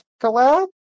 collab